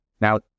Now